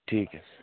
ठीक है सर